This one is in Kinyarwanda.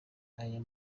aya